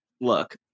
look